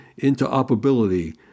interoperability